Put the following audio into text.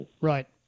Right